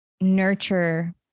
nurture